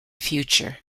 future